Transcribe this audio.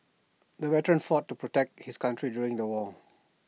the veteran fought to protect his country during the war